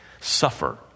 suffer